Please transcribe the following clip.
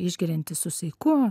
išgeriantis su saiku